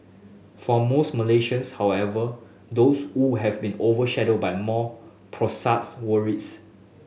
for most Malaysians however those who have been overshadowed by more worries